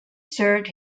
served